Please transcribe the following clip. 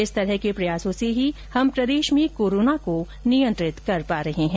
इस तरह के प्रयासों से ही हम प्रदेश में कोरोना का नियंत्रित कर पा रहे है